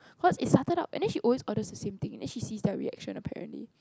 what it started out and then she always orders the same thing and she sees their reaction apparently